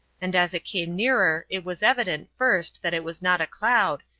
and as it came nearer it was evident, first, that it was not a cloud,